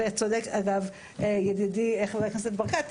וצודק ידידי חה"כ ברקת,